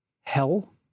hell